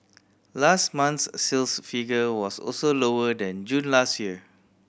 last month's sales figure was also lower than June last year